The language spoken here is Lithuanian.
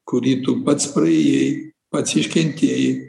kurį tu pats praėjai pats iškentėjai